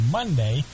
Monday